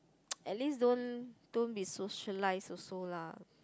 at least don't don't be socialise also lah